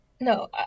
No